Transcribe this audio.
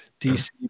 DC